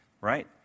right